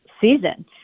season